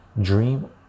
dream